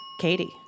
Katie